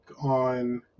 on